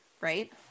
Right